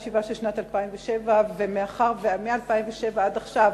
2007, ומאחר שמ-2007 עד עכשיו